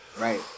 Right